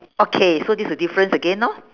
okay so this the difference again lor